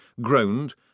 groaned